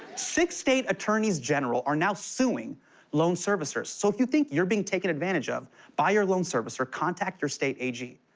six state attorneys general are now suing loan servicers. so if you think you're being taken advantage of by your loan servicer, contact your state ag.